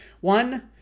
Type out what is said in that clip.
One